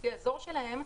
לפי האזור שלהם,